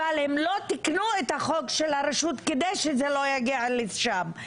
אבל הם לא תיקנו את החוק של הרשות כדי שזה לא יגיע לשם,